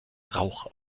rauch